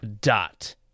Dot